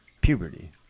puberty